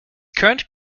current